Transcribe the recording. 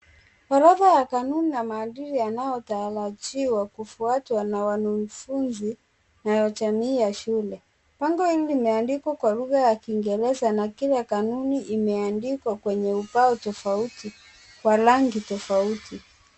Orodha ya kanuni na maandishi yanayotarajiwa kufuatwa na wanafunzi na jamii ya shule. Bango hili limeandikwa kwa lugha ya kiingereza na kila kanuni imeandikwa kwenye ubao tofauti kwa rangi tofauti.